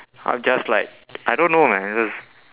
I'm just like I don't know man just